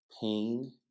pain